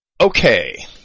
Okay